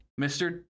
Mr